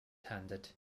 handed